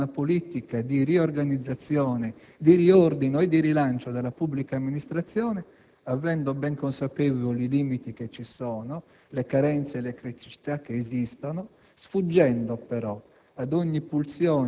stiamo attuando una politica di riorganizzazione, riordino e rilancio della pubblica amministrazione, ben consapevoli dei limiti e delle criticità che esistono, sfuggendo però